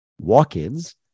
walk-ins